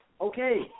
Okay